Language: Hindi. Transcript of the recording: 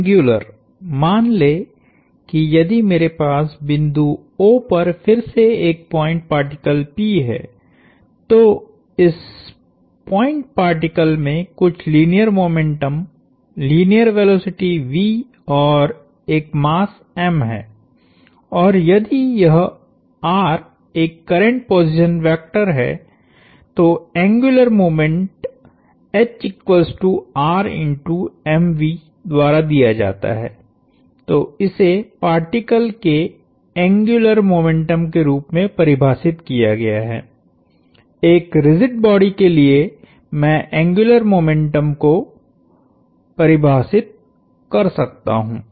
एंग्युलर मान लें कि यदि मेरे पास बिंदु O पर फिर से एक पॉइंट पार्टिकल P है तो इस पॉइंट पार्टिकल में कुछ लीनियर मोमेंटम लीनियर वेलोसिटीऔर एक मास m है और यदि यह r एक करेंट पोजीशन वेक्टर है तो एंग्युलर मोमेंटद्वारा दिया जाता है तो इसे पार्टिकल के एंग्युलर मोमेंटम के रूप में परिभाषित किया गया है एक रिजिड बॉडी के लिए मैं एंग्युलर मोमेंटम को परिभाषित कर सकता हूं